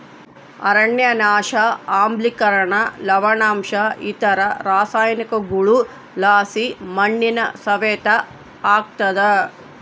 ಅರಣ್ಯನಾಶ ಆಮ್ಲಿಕರಣ ಲವಣಾಂಶ ಇತರ ರಾಸಾಯನಿಕಗುಳುಲಾಸಿ ಮಣ್ಣಿನ ಸವೆತ ಆಗ್ತಾದ